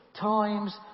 times